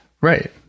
right